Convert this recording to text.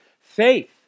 faith